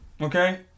Okay